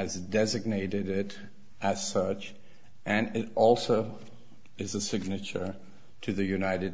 has designated it as such and also is a signature to the united